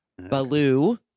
Baloo